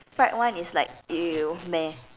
the fried one is like !eww! meh